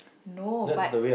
no but